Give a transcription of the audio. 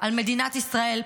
על מדינת ישראל,